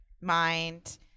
mind